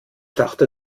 dachte